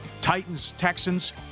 Titans-Texans